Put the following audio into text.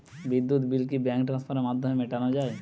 বিদ্যুৎ বিল কি ব্যাঙ্ক ট্রান্সফারের মাধ্যমে মেটানো য়ায়?